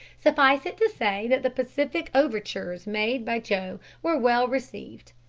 suffice it to say that the pacific overtures made by joe were well received,